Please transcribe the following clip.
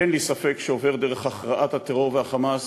אין לי ספק שזה עובר דרך הכרעת הטרור וה"חמאס",